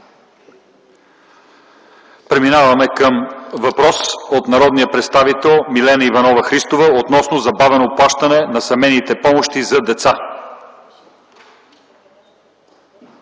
Преминаваме към въпрос от народния представител Милена Иванова Христова относно забавено плащане на семейните помощи за деца.